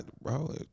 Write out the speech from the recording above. bro